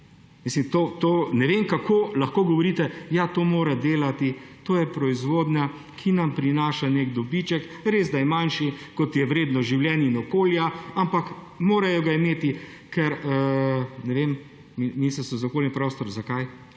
Mislim, ne vem, kako lahko govorite, da to mora delati, to je proizvodnja, ki nam prinaša nek dobiček, res da je manjši, kot je vredno življenje in okolje, ampak morajo ga imeti, ker … Ne vem, Ministrstvo za okolje in prostor – zakaj?